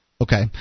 Okay